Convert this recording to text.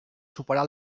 superar